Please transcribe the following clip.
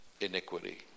iniquity